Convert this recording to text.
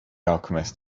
alchemist